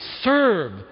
serve